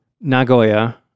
Nagoya